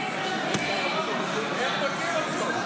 4,000 --- תראה מה אומר לך ראש אכ"א,